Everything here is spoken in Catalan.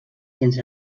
fins